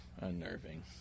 unnerving